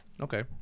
Okay